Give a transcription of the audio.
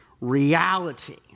reality